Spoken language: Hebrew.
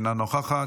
אינה נוכחת,